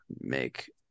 make